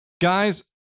guys